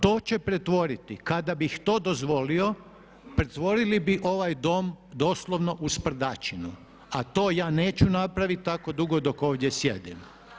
To će pretvoriti, kada bih to dozvolio, pretvorili bi ovaj dom doslovno u sprdačinu, a to ja neću napraviti tako dugo dok ovdje sjedim.